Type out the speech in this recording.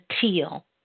teal